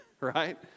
right